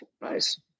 Nice